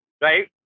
Right